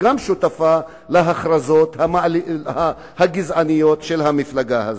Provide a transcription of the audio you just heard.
שותפה להכרזות הגזעניות של המפלגה הזאת.